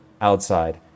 outside